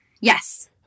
Yes